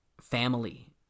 Family